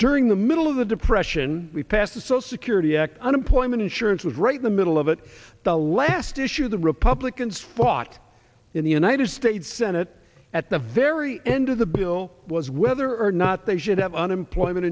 during the middle of the depression we passed the so security act unemployment insurance was right in the middle of it the last issue the republicans fought in the united states senate at the very end of the bill was whether or not they should have unemployment